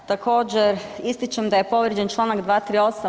Također ističem da je povrijeđen čl. 238.